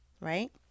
right